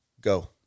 go